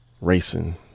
racing